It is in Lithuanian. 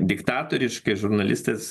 diktatoriškai žurnalistės